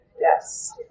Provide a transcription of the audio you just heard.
yes